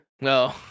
No